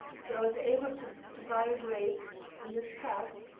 so i was able to to buy a grave in this path,